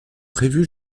prévue